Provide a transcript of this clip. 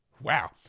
Wow